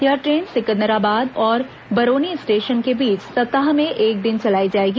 यह ट्रेन सिकंदराबाद और बरोनी स्टेशन के बीच सप्ताह में एक दिन चलाई जाएगी